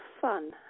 fun